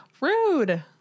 Rude